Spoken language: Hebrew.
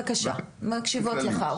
בבקשה, אנחנו מקשיבות לך.